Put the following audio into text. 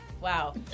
Wow